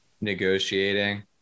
negotiating